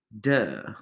Duh